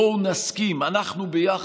בואו נסכים, אנחנו ביחד,